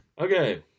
okay